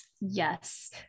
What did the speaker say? Yes